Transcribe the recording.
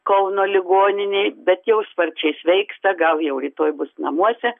kauno ligoninėj bet jau sparčiai sveiksta gal jau rytoj bus namuose